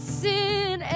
sin